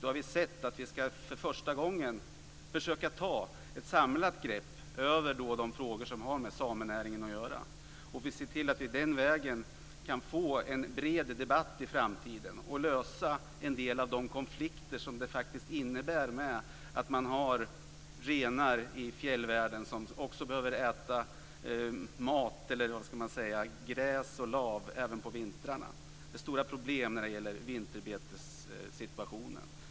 Vi har sett att vi för första gången ska försöka ta ett samlat grepp över de frågor som har med samenäringen att göra och se till att vi den vägen kan få en bred debatt i framtiden och lösa en del av de konflikter som det innebär att man har renar i fjällvärlden som också behöver äta gräs och lav även på vintern. Det är stora problem när det gäller vinterbetessituationen.